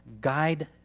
Guide